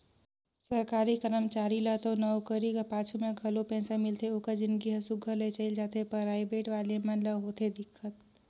सरकारी करमचारी ल तो नउकरी कर पाछू में घलो पेंसन मिलथे ओकर जिनगी हर सुग्घर ले चइल जाथे पराइबेट वाले मन ल होथे दिक्कत